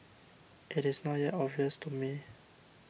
it is not yet obvious to me